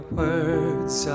words